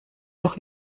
doch